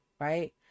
right